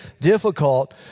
difficult